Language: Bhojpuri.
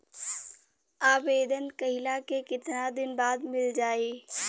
आवेदन कइला के कितना दिन बाद मिल जाई?